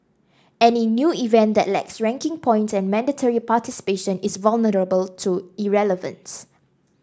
any new event that lacks ranking points and mandatory participation is vulnerable to irrelevance